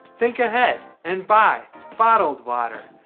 think ahead and buy bottled water.